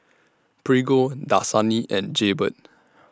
Prego Dasani and Jaybird